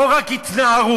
לא רק התנערו,